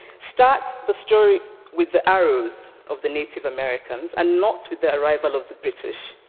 start the story with the arrows of the native americans, and not with the arrival of the british,